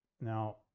Now